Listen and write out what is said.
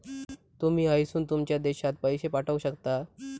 तुमी हयसून तुमच्या देशात पैशे पाठवक शकता